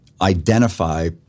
identify